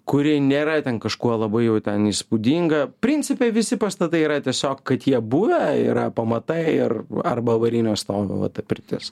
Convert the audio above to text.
kuri nėra ten kažkuo labai jau ten įspūdinga principe visi pastatai yra tiesiog kad jie buvę yra pamatai ir arba avarinio stovio va ta pirtis